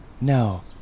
No